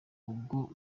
ubwo